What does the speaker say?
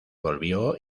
volvió